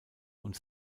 und